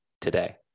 today